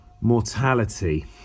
mortality